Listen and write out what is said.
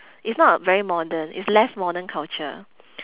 it's not very modern it's less modern culture